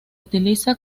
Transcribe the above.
utiliza